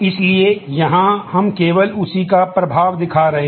इसलिए यहां हम केवल उसी का प्रभाव दिखा रहे हैं